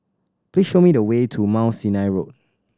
please show me the way to Mount Sinai Road